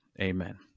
Amen